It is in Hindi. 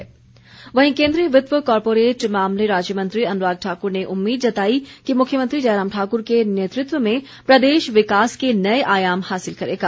समारोह अनुराग वहीं केन्द्रीय वित्त व कॉरपोरेट मामले राज्य मंत्री अनुराग ठाकुर ने उम्मीद जताई कि मुख्यमंत्री जयराम ठाकुर के नेतृत्व में प्रदेश विकास के नए आयाम हासिल करेगा